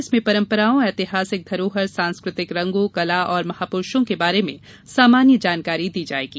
इसमें परम्पराओं ऐतिहासिक धरोहर सांस्कृतिक रंगो कला और महापुरूषों के बारे में सामान्य जानकारी दी जाएगी